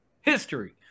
history